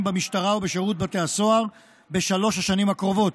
במשטרה ובשירות בתי הסוהר בשלוש השנים הקרובות.